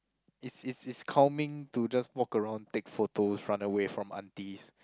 is is is calming to just walk around take photos run away from aunties